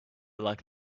like